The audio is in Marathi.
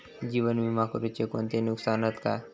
जीवन विमा करुचे कोणते नुकसान हत काय?